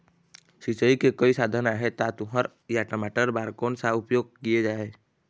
सिचाई के कई साधन आहे ता तुंहर या टमाटर बार कोन सा के उपयोग किए जाए?